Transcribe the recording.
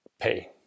pay